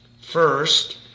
First